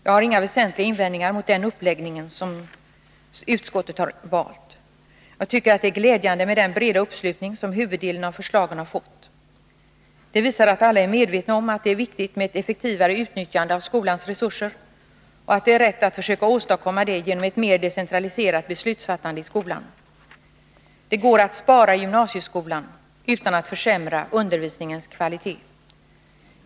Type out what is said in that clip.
Jag har inga väsentliga invändningar mot den uppläggning som utskottet har valt. Jag tycker att det är glädjande med den breda uppslutning som huvuddelen av förslagen har fått. Det visar att alla är medvetna om att det är viktigt med ett effektivare utnyttjande av skolans resurser och att det är rätt att försöka åstadkomma det genom ett mer decentraliserat beslutsfattande i skolan. Det går att spara i gymnasieskolan utan att försämra undervisningens kvalitet.